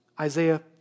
Isaiah